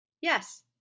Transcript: Yes